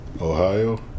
Ohio